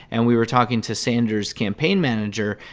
and we were talking to sanders' campaign manager.